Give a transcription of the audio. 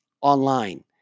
online